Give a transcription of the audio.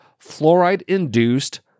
Fluoride-Induced